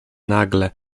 nagle